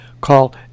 Call